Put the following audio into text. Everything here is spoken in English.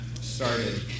started